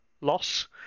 loss